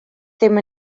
ddim